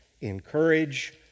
encourage